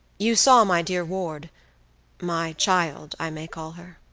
you saw my dear ward my child, i may call her.